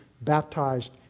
baptized